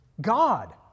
God